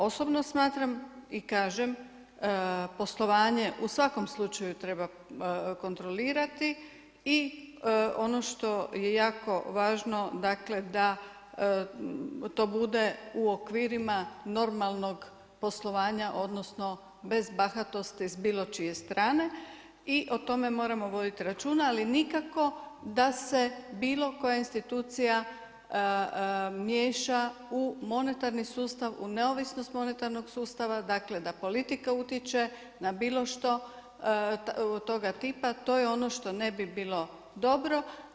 Osobno smatram i kažem, poslovanje u svakom slučaju treba kontrolirati i ono što je jako važno dakle, da to bude u okvirima normalnog poslovanja odnosno, bez bahatosti s bilo čije strane i o tome moramo voditi računa, ali nikako da se bilo koja institucija miješa u monetarni sustav u neovisnost monetarnog sustava, dakle, da politika utječe na bilo što toga tipa to je ono što ne bi bilo dobro.